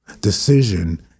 decision